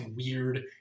weird